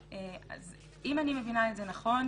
אף אם אינו עובד טיס,